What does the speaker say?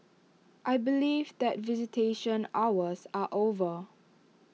I believe that visitation hours are over